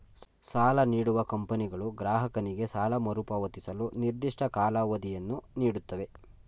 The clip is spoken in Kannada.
ಸಾಲ ನೀಡುವ ಕಂಪನಿಗಳು ಗ್ರಾಹಕನಿಗೆ ಸಾಲ ಮರುಪಾವತಿಸಲು ನಿರ್ದಿಷ್ಟ ಕಾಲಾವಧಿಯನ್ನು ನೀಡುತ್ತವೆ